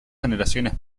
generaciones